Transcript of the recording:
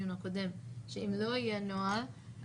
בדיקה מדגמית זה משהו שאפשר לעשות מאמץ לתת אותו,